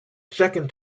second